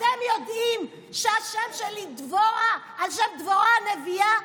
אתם יודעים שהשם שלי דבורה על שם דבורה הנביאה?